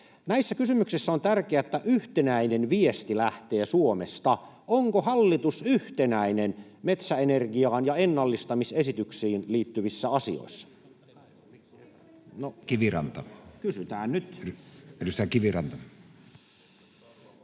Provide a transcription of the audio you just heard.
Näissä kysymyksissä on tärkeää, että yhtenäinen viesti lähtee Suomesta. Onko hallitus yhtenäinen metsäenergiaan ja ennallistamisesityksiin liittyvissä asioissa? [Speech 216] Speaker: Matti Vanhanen